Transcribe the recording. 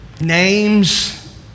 names